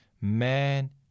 Man